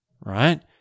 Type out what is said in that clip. right